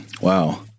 Wow